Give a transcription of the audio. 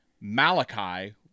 Malachi